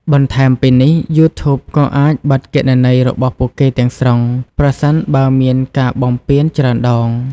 បន្ថែមពីនេះ យូធូប ក៏អាចបិទគណនីរបស់ពួកគេទាំងស្រុង ប្រសិនបើមានការបំពានច្រើនដង។